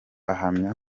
ahamya